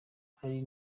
hari